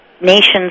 nation's